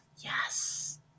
Yes